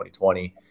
2020